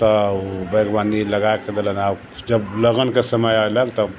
तऽ बागवानी लगाय के देलनि आ जब लगन के समय अयलै तब